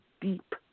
deep